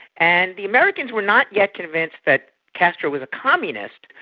and the americans were not yet convinced that castro was a communist,